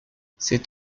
cet